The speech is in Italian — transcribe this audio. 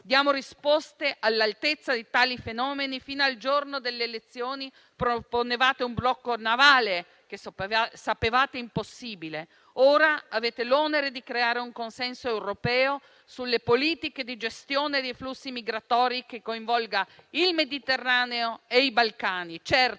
diamo risposte all'altezza di tali fenomeni. Fino al giorno delle elezioni proponevate un blocco navale, che sapevate impossibile; ora avete l'onere di creare un consenso europeo sulle politiche di gestione dei flussi migratori che coinvolga il Mediterraneo e i Balcani.